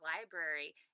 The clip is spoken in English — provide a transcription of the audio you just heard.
Library